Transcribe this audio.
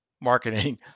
marketing